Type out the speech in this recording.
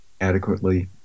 adequately